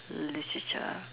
literature